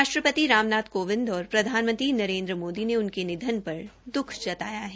राष्ट्रपति रामनाथ कोविंद और प्रधानमंत्री नरेन्द्र मोदी ने उनके निधन पर दुख जताया है